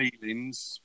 feelings